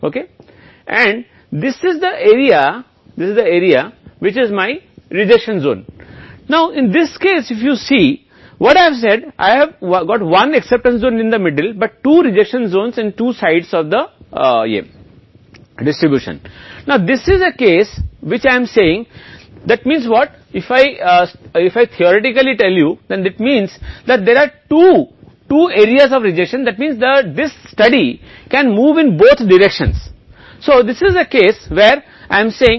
हम बहुत धीमी गति से देखेंगे इसलिए जब मैं पहली दिशा के बारे में बात कर रहा हूं तो जब मैं परिकल्पना का परीक्षण कर रहा हूं तो वास्तव में मैं इसे वास्तव में सेल करना चाहता था इसलिए जब मैं एक परिकल्पना कर रहा हूं और परिकल्पना संभवतः हो सकती है दो चीजें और स्वीकृति क्षेत्र हो सकते है